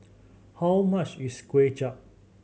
how much is Kway Chap